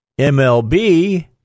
MLB